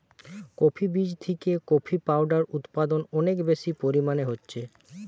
coffee বীজ থিকে coffee powder উদপাদন অনেক বেশি পরিমাণে হচ্ছে